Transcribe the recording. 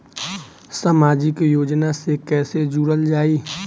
समाजिक योजना से कैसे जुड़ल जाइ?